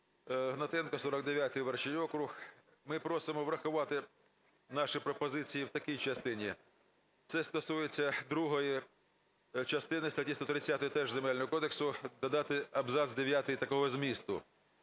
Гнатенко, 49 виборчий округ. Ми просимо врахувати наші пропозиції в такій частині, це стосується другої частини статті 130 теж Земельного кодексу. Додати абзац дев'ятий такого змісту: